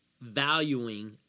valuing